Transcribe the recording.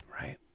right